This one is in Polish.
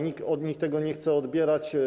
Nikt od nich tego nie chce odbierać.